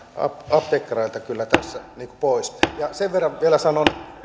apteekkareilta tässä kyllä pois sen verran vielä sanon